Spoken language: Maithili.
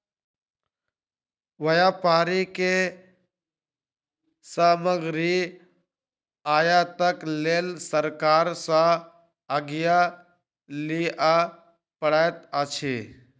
व्यापारी के सामग्री आयातक लेल सरकार सॅ आज्ञा लिअ पड़ैत अछि